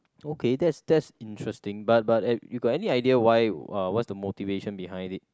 okay that's that's interesting but but you got any idea why uh what's the motivation behind it